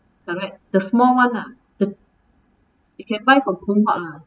correct the small one ah the you can buy from phoon huat ah